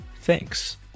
Thanks